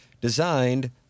designed